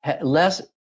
less